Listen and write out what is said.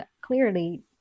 clearly